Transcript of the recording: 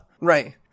Right